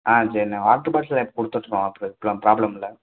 ஆ சரிணே water bottle இப்போ கொடுத்துட்ருவோம் ப்ர ப்லம் ப்ராப்லம் இல்லை